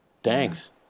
Thanks